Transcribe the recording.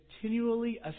continually